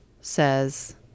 says